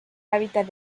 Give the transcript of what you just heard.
hábitat